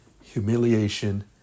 humiliation